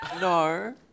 No